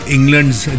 England's